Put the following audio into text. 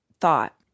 thought